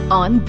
on